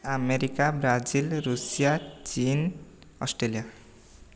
America Brazil Russia China Australia